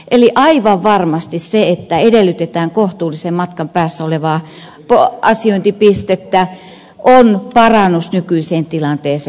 eli aivan varmasti se että edellytetään kohtuullisen matkan päässä olevaa asiointipistettä on parannus nykyiseen tilanteeseen